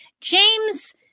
James